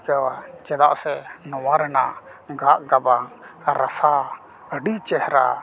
ᱤᱠᱟᱹᱣᱟ ᱪᱮᱫᱟᱜᱥᱮ ᱱᱚᱣᱟ ᱨᱮᱱᱟᱜ ᱜᱟᱜ ᱜᱟᱵᱟᱱ ᱟᱨ ᱨᱟᱥᱟ ᱟᱹᱰᱤ ᱪᱮᱦᱨᱟ